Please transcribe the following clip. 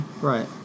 Right